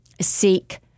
seek